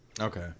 Okay